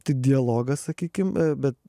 tai dialogas sakykim bet